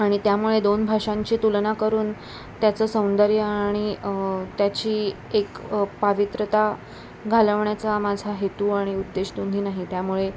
आणि त्यामुळे दोन भाषांची तुलना करून त्याचं सौंदर्य आणि त्याची एक पावित्र्यता घालवण्याचा माझा हेतू आणि उद्देश दोन्ही त्यामुळे